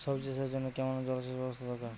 সবজি চাষের জন্য কেমন জলসেচের ব্যাবস্থা দরকার?